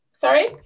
Sorry